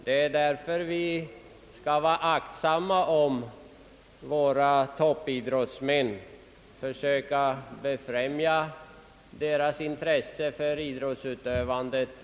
Det är därför vi skall vara aktsamma om våra toppidrottsmän och försöka ännu mera befrämja deras intresse för idrottsutövandet.